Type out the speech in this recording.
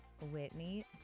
Whitney